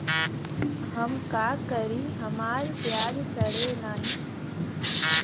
हम का करी हमार प्याज सड़ें नाही?